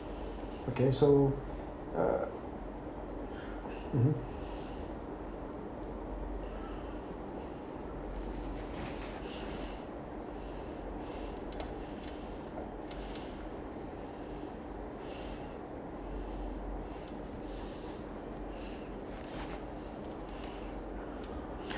okay so uh mmhmm